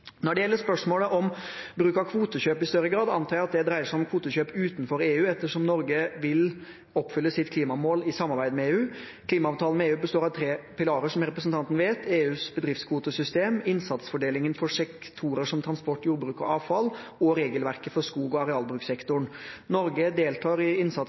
Når det gjelder spørsmålet om bruk av kvotekjøp i større grad, antar jeg at det dreier seg om kvotekjøp utenfor EU, ettersom Norge vil oppfylle sitt klimamål i samarbeid med EU. Klimaavtalen med EU består av tre pilarer, som representanten vet: EUs bedriftskvotesystem, innsatsfordelingen for sektorer som transport, jordbruk og avfall og regelverket for skog- og arealbrukssektoren. Norge deltar i